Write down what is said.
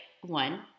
one